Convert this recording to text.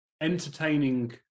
entertaining